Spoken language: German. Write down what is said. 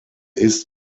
ist